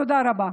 תודה רבה.